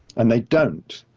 and they don't.